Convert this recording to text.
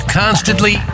constantly